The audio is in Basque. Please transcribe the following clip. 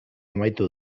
amaitu